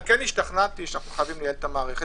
אבל כן השתכנעתי שאנו חייבים לייעל את המערכת.